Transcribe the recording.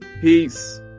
Peace